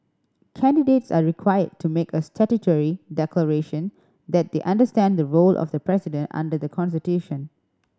candidates are required to make a statutory declaration that they understand the role of the president under the constitution